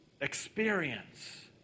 experience